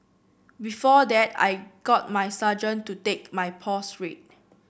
before that I got my surgeon to take my pulse rate